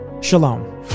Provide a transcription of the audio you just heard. shalom